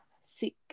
sick